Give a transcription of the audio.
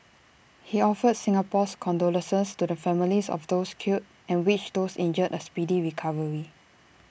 he offered Singapore's condolences to the families of those killed and wished those injured A speedy recovery